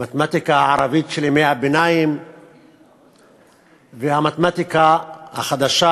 המתמטיקה הערבית של ימי הביניים והמתמטיקה החדשה